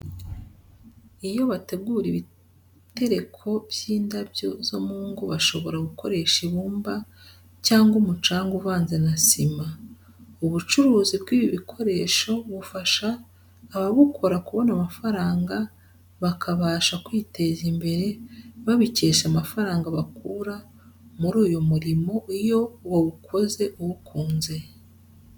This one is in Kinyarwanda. Iyo bategura ibitereko by'indabyo zo mu ngo bashobora gukoresha ibumva cyangwa umucanga uvanze na sima. Ubucuruzi bw'ibi bikoresho bufasha ababukora kubona amafaranga bakabasha bakabasha kwiteza imbere babikesha amafaranga bakura muri uyu murimo iyo wawukoze uwukunze.